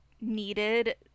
needed